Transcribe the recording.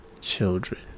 children